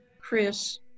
Chris